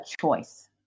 choice